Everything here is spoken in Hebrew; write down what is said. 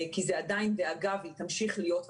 כי זה עדיין דאגה והיא תמשיך להיות,